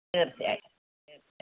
തീർച്ചയായും തീർച്ചയായും